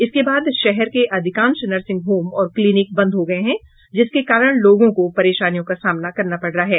इसके बाद शहर के अधिकांश नर्सिंग होम और क्लिनिक बंद हो गये हैं जिसके कारण लोगों को परेशानियों का सामना करना पड़ रहा है